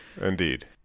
Indeed